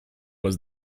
was